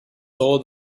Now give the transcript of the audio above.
saw